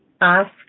ask